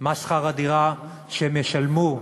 מה שכר הדירה שהם ישלמו,